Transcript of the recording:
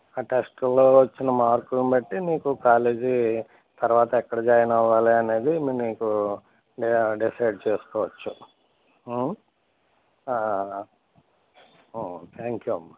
ఆ టెస్టులలో వచ్చిన మార్కులును బట్టి నీకు కాలేజీ తరువాత ఎక్కడ జాయిన్ అవ్వాలి అనేది మీకు డిసైడ్ చేసుకోవచ్చు థ్యాంక్ యూ అమ్మా